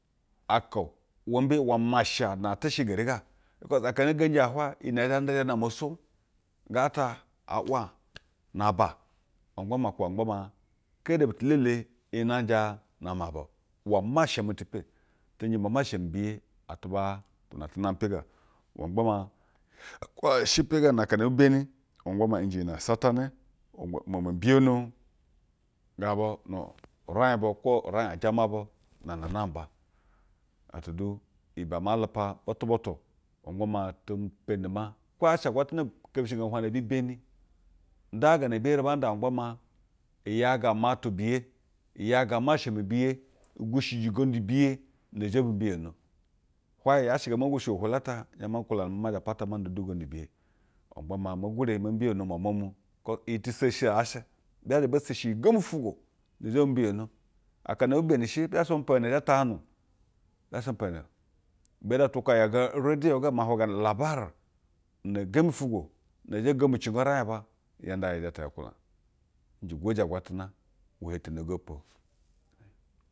Aka o, iwembee? Iwe masha na ate she geri ga. Bikos akana ee genji, aj hwaye iyi ne ee the nsa zhe nama saj. Gaa ta aa wa aj na aba ma gba maa a kwuba ma gba maa. Kede butu elele inagje aj naame aba o. Uwɛ masha mutu oe. Te nje ma masha mi biye atuba atwa na te name oe ga. Iwɛ ma gba maa, hii kwo yaa shɛ pe ga na akana ebi beni ma gbo maa nje iyi ne satanɛ ugha momo mbiyon gabu nu uraij bu kwo uraij ajama bu na na namba gaa tadu ibe ama lupa butu butu maa. Aba mma ti peni ma. Kwo yaa hsɛ agwatana bi kepishingeni uhwa na ebu beni nda gaa na ebi yeri ba nda ma gba maa yaga umatu biye yaga masha mi biye, ugwushiji gondu biye na zhe mbiyano hwaye yaa hse ngee zhɛ mo gwushigwo ohwolu ata, i zhe ma nkwulana maa ma zha pata ma nda du ugondu biye. Ma gba maa me gwure mo mbiyono mwamwa mu. Ku iyi ti seshi yaa shee. Bi zhe zha be seshi iyi gembi fwigwo nazhe bu mbiyono akan ebibeni shi, bi zha zhe ba mapa iyi ne the tahajnu o, bi zha shɛ mapa iyinɛ. Ibe du atwa oko ayaga uvediyo ga ma na hwuga ulabare una gembi ufwugwo. Ng zhe gomcingo uraij aba yaa ndo ij jete yo kulana. Nje ugwoje agwa tana iwe hetene na ompo.